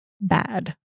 bad